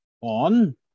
on